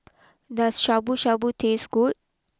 does Shabu Shabu taste good